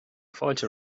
fáilte